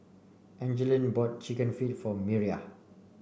Angeline bought chicken feet for Miriah